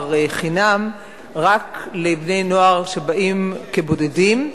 הנוער חינם רק לבני-נוער שבאים כבודדים,